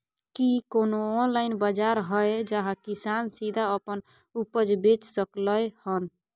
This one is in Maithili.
की कोनो ऑनलाइन बाजार हय जहां किसान सीधा अपन उपज बेच सकलय हन?